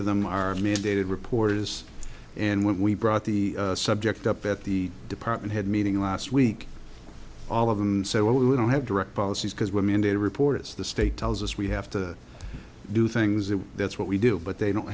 of them are mandated reporters and we brought the subject up at the department head meeting last week all of them said well we don't have direct policies because women there are reports the state tells us we have to do things that that's what we do but they don't